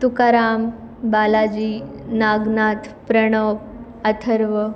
Tukaram Balaji Nagnath Pranav Atharva